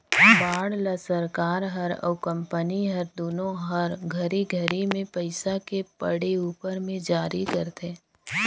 bond ल सरकार हर अउ कंपनी हर दुनो हर घरी घरी मे पइसा के पड़े उपर मे जारी करथे